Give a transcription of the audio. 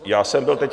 Já jsem byl teď...